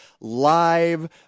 live